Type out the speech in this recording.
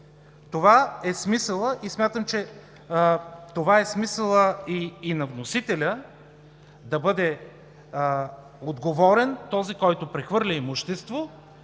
това е смисълът и на вносителя – да бъде отговорен този, който прехвърля имущество,